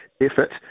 effort